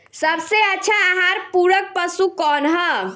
सबसे अच्छा आहार पूरक पशु कौन ह?